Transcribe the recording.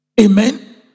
Amen